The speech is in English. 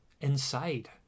inside